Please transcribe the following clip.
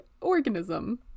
organism